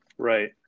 Right